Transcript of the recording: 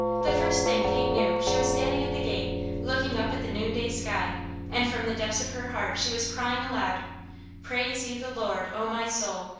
the first thing kate knew she was standing at the gate looking up at the noonday sky and from the depths of her heart she was crying aloud praise ye the lord, oh my soul.